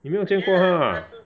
你没有见过他 ah